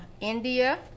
India